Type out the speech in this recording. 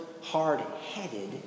hard-headed